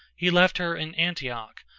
he left her in antioch,